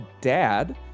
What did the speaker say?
dad